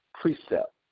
precept